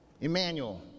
Emmanuel